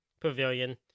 pavilion